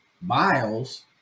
Miles